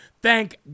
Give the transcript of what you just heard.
thank